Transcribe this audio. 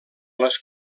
les